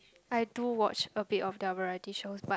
I do watch a bit of the variety shows but